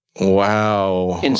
Wow